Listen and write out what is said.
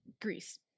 Greece